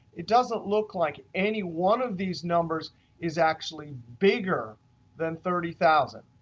it doesn't look like any one of these numbers is actually bigger than thirty thousand